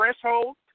threshold